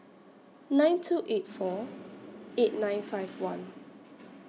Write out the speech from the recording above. nine two eight four eight nine five one